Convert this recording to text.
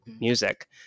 music